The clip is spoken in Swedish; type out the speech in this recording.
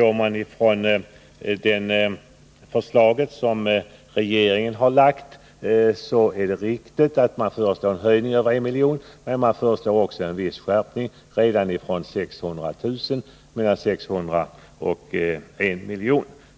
Om man utgår ifrån det förslag som regeringen har framlagt är det riktigt att däri föreslås en höjning av skattepliktsgränsen över 1 milj.kr. men också en viss skärpning redan från 600 000 kr.